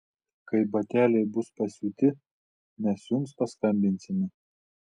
kai bateliai bus pasiūti mes jums paskambinsime